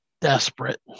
desperate